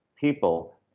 people